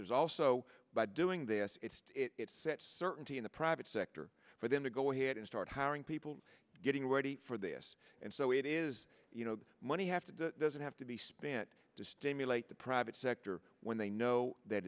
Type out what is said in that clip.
there's also by doing this it sets certainty in the private sector for them to go ahead and start hiring people getting ready for this and so it is you know money you have to do doesn't have to be spent to stimulate the private sector when they know that